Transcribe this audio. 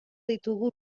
ditugu